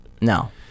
No